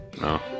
No